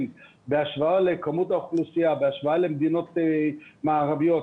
בהשוואה לכמות האוכלוסייה בהשוואה למדינות מערביות,